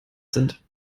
sind